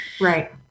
Right